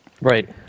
Right